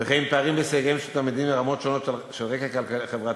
וכן פערים בהישגיהם של תלמידים מרמות שונות של רקע חברתי-כלכלי,